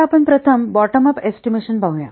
आता आपण प्रथम बॉटम अप एस्टिमेशन पाहूया